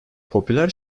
popüler